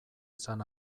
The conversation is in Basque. izan